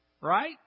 right